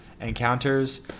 encounters